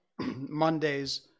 Mondays